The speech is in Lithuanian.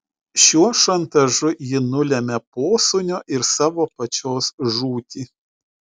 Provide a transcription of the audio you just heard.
šiuo šantažu ji nulemia posūnio ir savo pačios žūtį